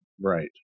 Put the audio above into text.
Right